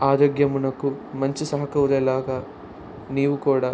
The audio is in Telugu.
ఆరోగ్యమునకు మంచి సమకూరేలాగ నీవు కూడా